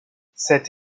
cette